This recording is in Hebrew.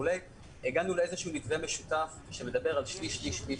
הגענו לאיזשהו מתווה משותף שמדבר על שליש-שליש-שליש: